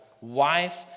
Wife